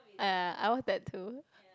ah ya I watch that too